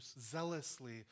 zealously